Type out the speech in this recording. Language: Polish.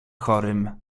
chorym